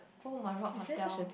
oh my Rock Hotel